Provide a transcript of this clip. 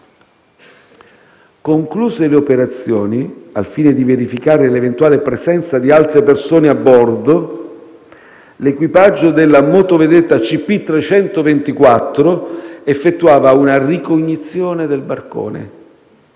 Concluse le operazioni, al fine di verificare l'eventuale presenza di altre persone a bordo, l'equipaggio della motovedetta CP-324 effettuava una ricognizione del barcone,